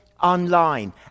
online